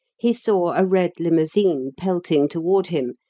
he saw a red limousine pelting toward him,